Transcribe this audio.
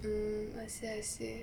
mm I see I see